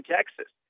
Texas